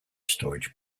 storage